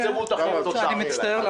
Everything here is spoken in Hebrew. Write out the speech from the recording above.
שהם יצמצמו את החוב תוצר שלהם.